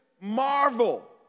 marvel